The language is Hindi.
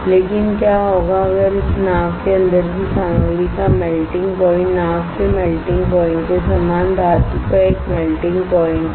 लेकिन क्या होगा अगर इस नाव के अंदर की सामग्री का मेल्टिंग प्वाइंट नाव के मेल्टिंग प्वाइंट के समान धातु का एक मेल्टिंग प्वाइंट है